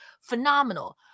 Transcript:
Phenomenal